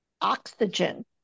oxygen